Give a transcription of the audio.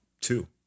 two